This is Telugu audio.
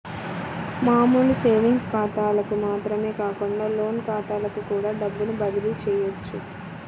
మామూలు సేవింగ్స్ ఖాతాలకు మాత్రమే కాకుండా లోన్ ఖాతాలకు కూడా డబ్బుని బదిలీ చెయ్యొచ్చు